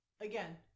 again